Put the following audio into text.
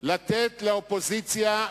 לתת לאופוזיציה,